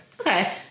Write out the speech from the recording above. Okay